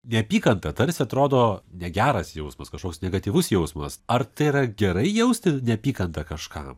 neapykanta tarsi atrodo negeras jausmas kažkoks negatyvus jausmas ar tai yra gerai jaustis neapykanta kažkam